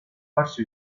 farsi